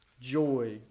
joy